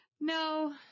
no